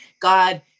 God